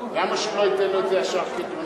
למה שהוא לא ייתן לו את זה ישר כתרומה?